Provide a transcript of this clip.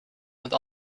want